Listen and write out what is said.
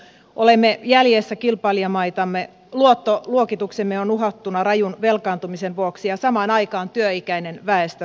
olemme jäljessä kilpailijamaitamme luottoluokituksemme on uhattuna rajun velkaantumisen vuoksi ja samaan aikaan työikäinen väestö vähenee